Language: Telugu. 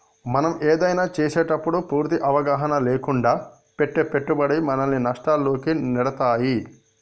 మనం ఏదైనా చేసేటప్పుడు పూర్తి అవగాహన లేకుండా పెట్టే పెట్టుబడి మనల్ని నష్టాల్లోకి నెడతాయి